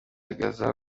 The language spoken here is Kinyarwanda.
igaragaza